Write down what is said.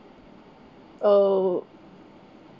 oh